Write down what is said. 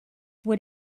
what